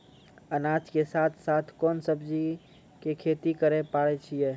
अनाज के साथ साथ कोंन सब्जी के खेती करे पारे छियै?